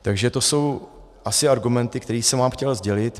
Takže to jsou asi argumenty, které jsem vám chtěl sdělit.